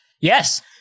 Yes